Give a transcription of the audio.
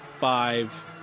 five